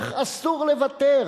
איך אסור לוותר,